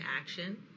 action